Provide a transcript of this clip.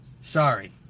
Sorry